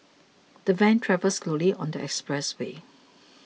the van travelled slowly on the expressway